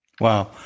Wow